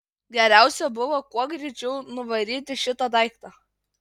geriausia buvo kuo greičiau nuvaryti šitą daiktą